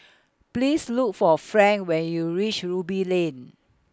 Please Look For Frank when YOU REACH Ruby Lane